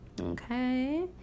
Okay